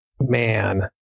man